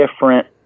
different